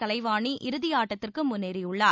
கலைவாணி இறுதியாட்டத்திற்கு முன்னேறியுள்ளார்